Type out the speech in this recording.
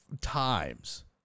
times